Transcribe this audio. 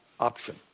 option